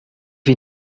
you